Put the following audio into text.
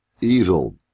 evil